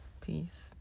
Peace